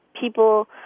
people